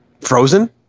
Frozen